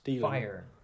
fire